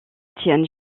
tiennent